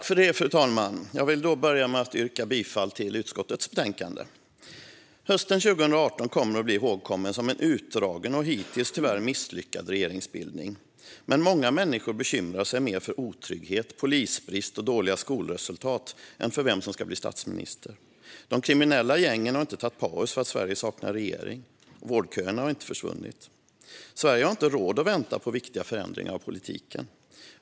Fru talman! Jag vill börja med att yrka bifall till utskottets förslag i betänkandet. Hösten 2018 kommer att bli ihågkommen för en utdragen och hittills tyvärr misslyckad regeringsbildning. Men många människor bekymrar sig mer för otrygghet, polisbrist och dåliga skolresultat än för vem som ska bli statsminister. De kriminella gängen har inte tagit paus för att Sverige saknar regering, och vårdköerna har inte försvunnit. Sverige har inte råd att vänta på viktiga förändringar av politiken.